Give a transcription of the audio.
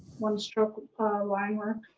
one-stroke line works.